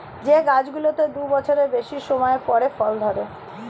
যে গাছগুলোতে দু বছরের বেশি সময় পরে ফল ধরে